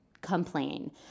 complain